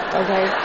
okay